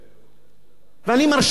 ואני מרשה לעצמי לומר את זה,